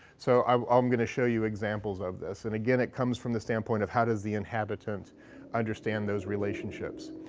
so i'm um going to show you examples of this. and again, it comes from the standpoint of, how does the inhabitant understand those relationships.